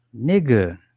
nigga